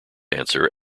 answer